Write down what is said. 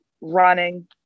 running